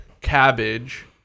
cabbage